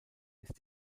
ist